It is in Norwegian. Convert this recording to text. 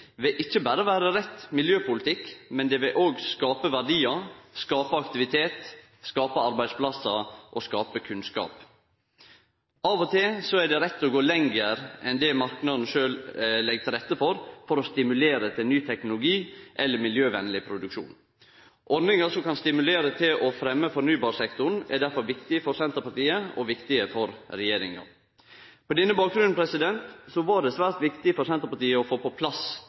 vil ikkje berre vere rett miljøpolitikk, det vil òg skape verdiar, aktivitet, arbeidsplassar og kunnskap. Av og til er det rett å gå lenger enn det marknaden sjølv legg til rette for, for å stimulere til ny teknologi eller miljøvenleg produksjon. Ordningar som kan stimulere til å fremme fornybarsektoren, er difor viktige for Senterpartiet og viktige for regjeringa. På denne bakgrunnen var det svært viktig for Senterpartiet å få på plass